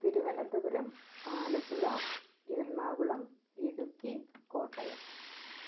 Thiruvananthapuram Alappuzha Ernakulam Idukki Kottayam